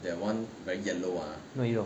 that [one] like you get lower 那有